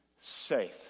safe